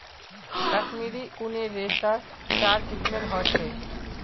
कश्मीरी ऊनेर रेशा चार किस्मेर ह छे